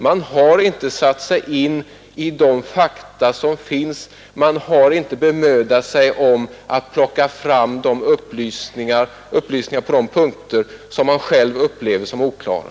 Man har inte satt sig in i fakta, man har inte bemödat sig om att plocka fram upplysningar på de punkter som man själv upplever som oklara.